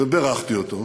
ובירכתי אותו,